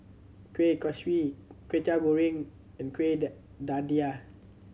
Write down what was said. Kueh Kaswi Kway Teow Goreng and kueh